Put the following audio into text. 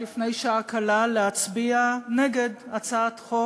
לפני שעה קלה להצביע נגד הצעת חוק,